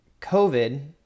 covid